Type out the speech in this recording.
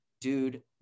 Dude